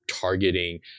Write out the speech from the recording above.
targeting